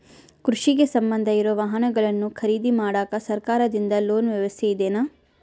ಕೃಷಿಗೆ ಸಂಬಂಧ ಇರೊ ವಾಹನಗಳನ್ನು ಖರೇದಿ ಮಾಡಾಕ ಸರಕಾರದಿಂದ ಲೋನ್ ವ್ಯವಸ್ಥೆ ಇದೆನಾ?